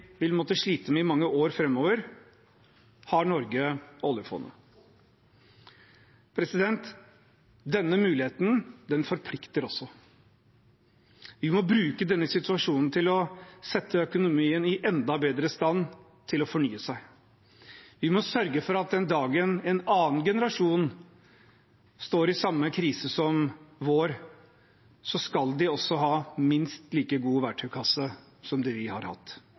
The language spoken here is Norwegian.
vil måtte slite med i mange år framover, har Norge oljefondet. Denne muligheten forplikter også. Vi må bruke denne situasjonen til å sette økonomien i enda bedre stand til å fornye seg. Vi må sørge for at den dagen en annen generasjon står i samme krise som vår, skal de ha en minst like god verktøykasse som det vi har hatt